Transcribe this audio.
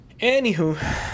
anywho